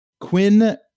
Quinn